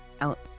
out